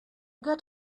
got